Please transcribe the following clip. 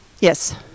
yes